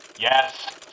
Yes